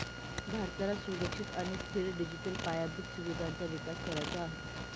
भारताला सुरक्षित आणि स्थिर डिजिटल पायाभूत सुविधांचा विकास करायचा आहे